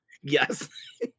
Yes